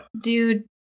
dude